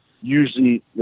usually